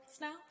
now